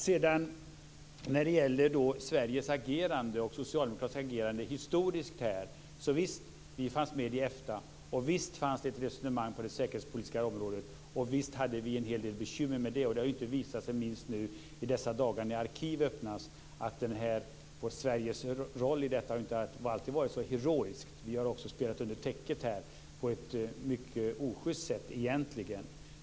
När det sedan gäller Sveriges och socialdemokraternas historiska agerande vill jag säga: Visst fanns vi med i Efta, och visst fanns det ett resonemang på det säkerhetspolitiska området, och visst hade vi en hel del bekymmer med det. Det har visat sig inte minst i dessa dagar när arkiv öppnas att Sveriges roll inte alltid har varit så heroisk. Vi har spelat under täcket på ett egentligen mycket osjyst sätt.